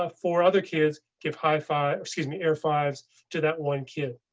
ah four other kids give hifi excuse me. air fives to that one kid.